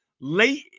late